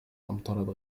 أمطرت